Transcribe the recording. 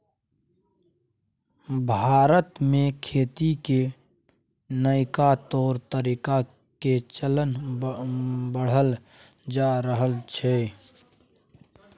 भारत में खेती के नइका तौर तरीका के चलन बढ़ल जा रहल छइ